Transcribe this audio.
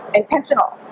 intentional